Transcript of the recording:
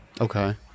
Okay